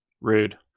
rude